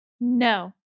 No